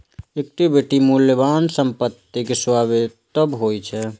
equity मूल्यवान संपत्तिक स्वामित्व होइ छै